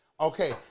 okay